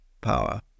power